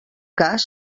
cas